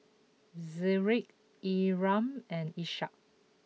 Zikri Imran and Ishak